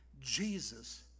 Jesus